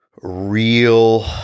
real